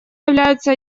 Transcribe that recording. являются